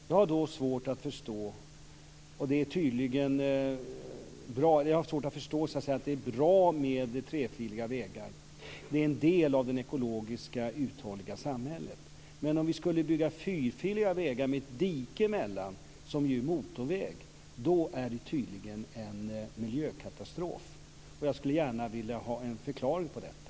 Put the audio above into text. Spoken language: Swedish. Jag har svårt att förstå att det är bra med trefiliga vägar och att det är en del av det ekologiskt uthålliga samhället medan det tydligen är miljökatastrof om vi skulle bygga fyrfiliga vägar med ett dike emellan, som ju är motorväg. Jag skulle gärna vilja ha en förklaring till detta.